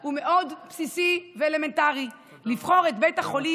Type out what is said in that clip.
הוא מאוד בסיסי ואלמנטרי לבחור את בית החולים